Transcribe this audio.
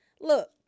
Look